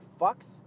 fucks